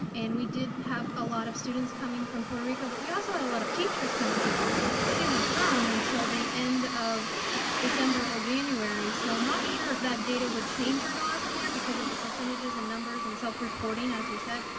and we did have a lot of students coming from puerto rico, but we also had a lot of teachers coming from puerto rico, but they didn't come until the end of december or january, so i'm not sure if that data would change or not in there because of the percentages and numbers in self reporting, as we said,